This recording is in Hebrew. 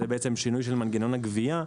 השינוי של מנגנון הגבייה,